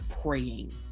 praying